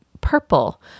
purple